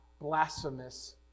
blasphemous